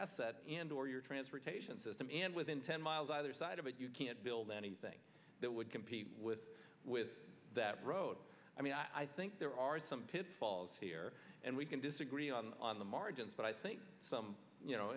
asset and or your transportation system and within ten miles either side of it you can't build anything that would compete with with that road i mean i think there are some pitfalls here and we can disagree on the margins but i think some